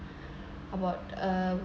about uh